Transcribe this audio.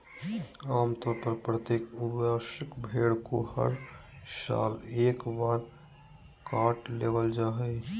आम तौर पर प्रत्येक वयस्क भेड़ को हर साल एक बार काट लेबल जा हइ